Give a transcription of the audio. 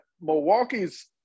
Milwaukee's